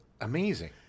amazing